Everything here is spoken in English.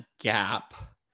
gap